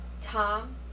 Tom